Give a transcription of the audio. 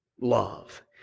love